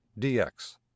dx